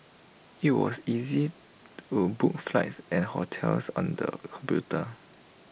IT was easy to book flights and hotels on the computer